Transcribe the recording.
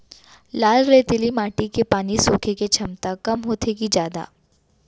लाल रेतीली माटी के पानी सोखे के क्षमता कम होथे की जादा?